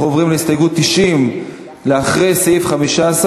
אנחנו עוברים להסתייגות 90, לאחר סעיף 15,